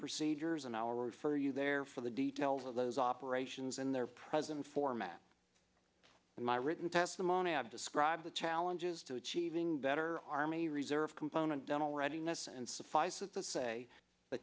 procedures and i'll refer you there for the details of those operations in their presence format in my written testimony i've described the challenges to achieving better army reserve component dental readiness and suffice it to say the